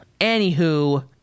anywho